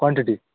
quantity